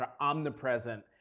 omnipresent